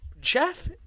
Jeff